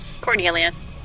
Cornelius